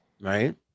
right